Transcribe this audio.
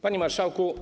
Panie Marszałku!